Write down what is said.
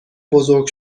بزرگ